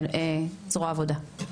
זרוע העבודה,